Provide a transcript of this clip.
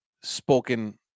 spoken